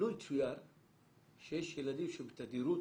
יצויר שיש ילדים שבתדירות